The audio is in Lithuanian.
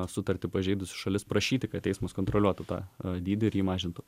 sutartį pažeidusi šalis prašyti kad teismas kontroliuotų tą dydį ir jį mažintų